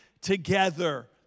together